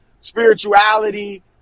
spirituality